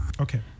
okay